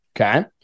Okay